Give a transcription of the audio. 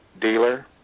dealer